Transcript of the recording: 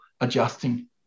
adjusting